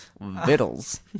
Vittles